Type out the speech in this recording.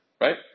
right